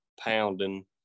pounding